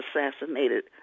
assassinated